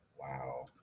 Wow